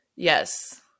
yes